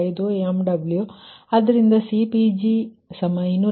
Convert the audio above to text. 5 MW ಆದ್ದರಿಂದ CPg222